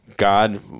God